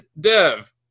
dev